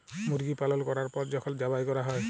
মুরগি পালল ক্যরার পর যখল যবাই ক্যরা হ্যয়